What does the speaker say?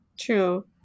True